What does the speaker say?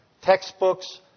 textbooks